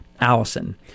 Allison